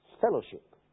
fellowship